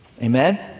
Amen